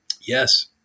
Yes